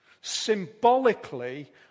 Symbolically